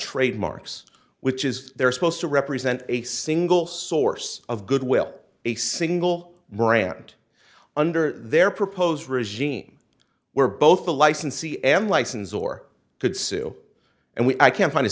trademarks which is they're supposed to represent a single source of goodwill a single brand under their proposed regime where both the licensee am licensed or could sue and we i can't find a